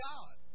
God